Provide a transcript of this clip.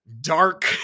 dark